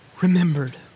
remembered